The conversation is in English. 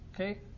Okay